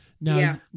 Now